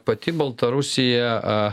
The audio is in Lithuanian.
pati baltarusija